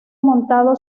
montado